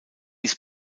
ist